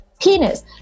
Penis